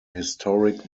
historic